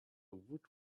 woot